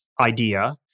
idea